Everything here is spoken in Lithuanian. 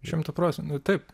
šimtą procentų taip